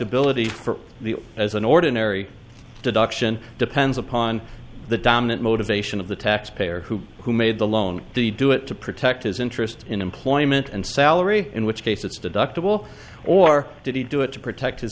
ibility for the as an ordinary deduction depends upon the dominant motivation of the taxpayer who who made the loan the do it to protect his interest in employment and salary in which case it's deductible or did he do it to protect his